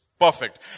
perfect